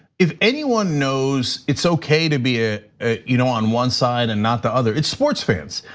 if anyone knows it's okay to be ah you know on one side and not the other, it's sports fans.